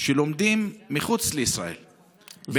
שלומדים מחוץ לישראל,